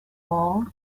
all